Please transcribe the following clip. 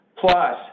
plus